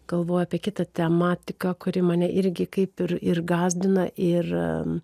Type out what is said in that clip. galvojau apie kitą tematiką kuri mane irgi kaip ir ir gąsdina ir